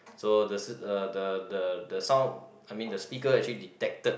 so the sy~ the the the the sound I mean the speaker actually detected